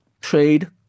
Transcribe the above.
trade